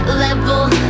level